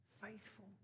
Faithful